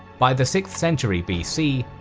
by the sixth century bc,